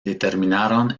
determinaron